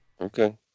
Okay